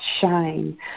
shine